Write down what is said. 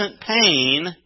pain